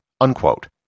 unquote